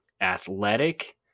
athletic